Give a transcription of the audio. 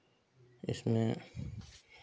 इसमें